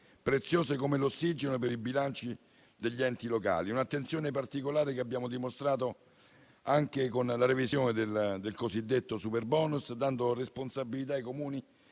preziose come l'ossigeno per i bilanci degli enti locali. È un'attenzione particolare che abbiamo dimostrato anche con la revisione del cosiddetto superbonus, dando la responsabilità ai Comuni